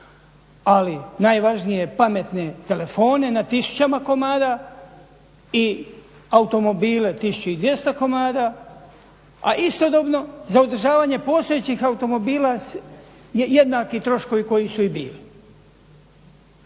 Ali najvažnije je pametne telefone na tisućama komada i automobile 1200 komada, a istodobno za održavanje postojećih automobila jednaki troškovi koji su i bili.